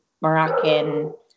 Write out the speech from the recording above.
Moroccan